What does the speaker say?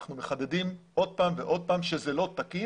אנחנו מחדדים עוד פעם ועוד פעם שזה לא תקין.